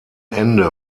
ende